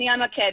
אני אמקד.